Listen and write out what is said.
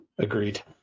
Agreed